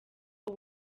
uba